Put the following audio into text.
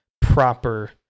proper